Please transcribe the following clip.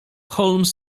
holmes